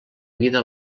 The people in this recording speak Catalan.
vida